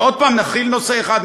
ועוד פעם נתחיל נושא אחד,